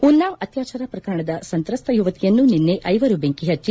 ಉನ್ನಾವ್ ಅತ್ಲಾಚಾರ ಪ್ರಕರಣದ ಸಂತ್ರಸ್ತ ಯುವತಿಯನ್ನು ನಿನ್ನೆ ಐವರು ಬೆಂಕಿ ಹಚ್ಚಿ